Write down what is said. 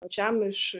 pačiam iš